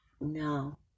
No